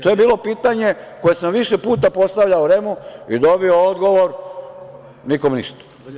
To je bilo pitanje koje sam više puta postavljao REM-u i dobio odgovor nikom ništa.